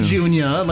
Junior